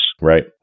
Right